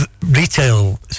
retail